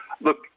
look